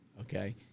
Okay